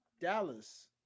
Dallas